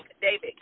David